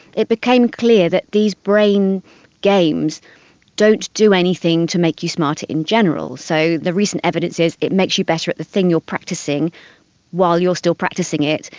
it became clear that these brain games don't do anything to make you smarter in general. so the recent evidence is it makes you better at the thing you are practising while you are still practising it,